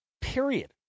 period